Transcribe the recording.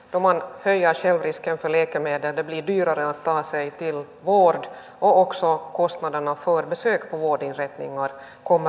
se tarkoittaa muun muassa sitä että sanssi kortti työllistämisseteliin varattuja määrärahoja ei ole enää lainkaan